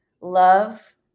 love